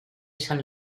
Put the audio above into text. san